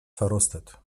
verrostet